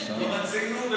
לא רצינו ולא יעזור לך.